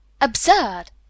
absurd